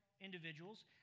individuals